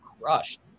crushed